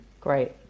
Great